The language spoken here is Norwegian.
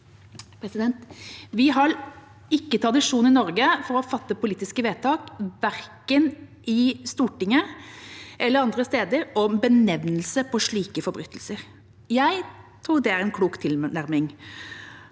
folkeretten. Vi har ikke tradisjon i Norge for å fatte politiske vedtak, verken i Stortinget eller andre steder, om benevnelse på slike forbrytelser. Jeg tror det er en klok tilnærming